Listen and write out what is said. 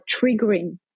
triggering